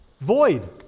Void